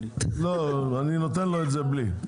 אני נותן לו את זה בלי.